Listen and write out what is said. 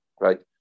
right